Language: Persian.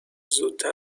زودتر